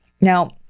Now